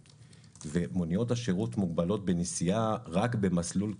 ומוניות השירות מוגבלות בנסיעה רק במסלול קבוע,